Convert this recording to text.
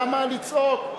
למה לצעוק?